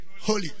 Holy